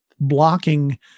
blocking